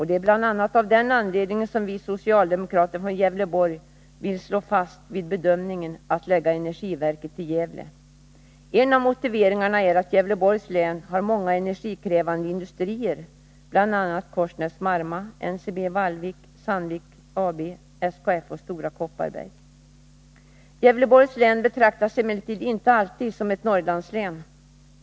Det är bl.a. av den anledningen vi socialdemokrater från Gävleborg vill stå fast vid bedömningen att energiverket bör förläggas till Gävle. En av motiveringarna är att Gävleborgs län har många energikrävande industrier, t.ex. Korsnäs Marma, NCB-Vallvik, Sandvik AB, SKF och Stora Kopparberg. Gävleborgs län betraktas emellertid inte alltid som ett Norrlandslän.